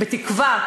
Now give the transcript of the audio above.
בתקווה,